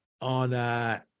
On